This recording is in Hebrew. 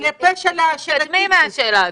תתקדמי מהשאלה הזו.